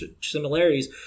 similarities